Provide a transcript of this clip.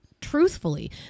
truthfully